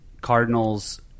Cardinals